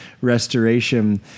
restoration